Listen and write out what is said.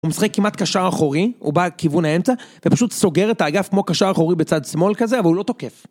הוא משחק כמעט קשר אחורי, הוא בא כיוון האמצע, ופשוט סוגר את האגף כמו קשר אחורי בצד שמאל כזה, אבל הוא לא תוקף.